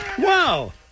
Wow